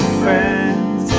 friends